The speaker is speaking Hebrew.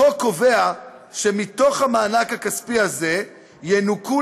החוק קובע שמתוך המענק הכספי הזה ינוכו